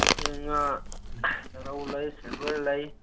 ꯍꯧꯖꯤꯛꯁꯦ ꯉꯥ ꯔꯧ ꯂꯩ ꯁꯤꯜꯚꯔ ꯂꯩ